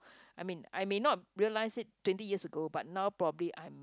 I mean I may not realise it twenty years ago but now probably I'm